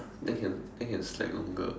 then can then can slack longer